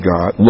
God